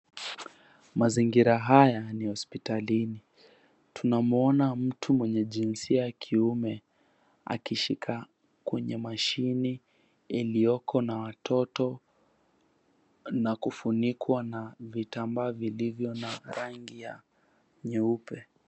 Mazingira haya ni ya hospitalini. Tunamwona mtu mwenye jinsia ya kiume akishika kwenye mashini iliyoko na watoto na kufunikwa na vitambaa vilivyo na rangi ya nyeupe.